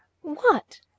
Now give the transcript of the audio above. What